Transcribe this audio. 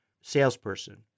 Salesperson